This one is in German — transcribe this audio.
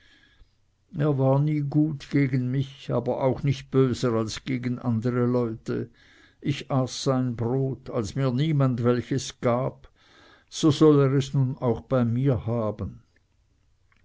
er war nie gut gegen mich aber auch nicht böser als gegen andere leute ich aß sein brot als mir niemand welches gab so soll er es nun auch bei mir haben